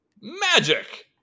Magic